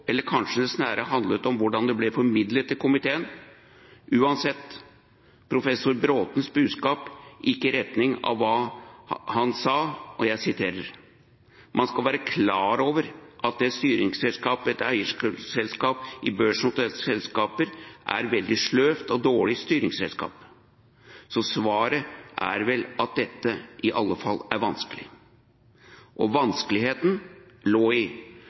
eller kanskje det snarere handlet om hvordan det ble formidlet til komiteen, så gikk uansett professor Bråthens budskap i retning av det han selv sa: «Man skal være klar over at som styringsredskap er eierskap i børsnoterte selskaper et veldig sløvt og dårlig styringsredskap. Så svaret er vel at dette i hvert fall er vanskelig.» Og vanskeligheten lå i